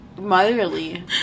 motherly